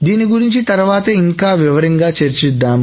దీని గురించి తర్వాత ఇంకా వివరంగా చర్చిద్దాం